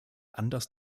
anders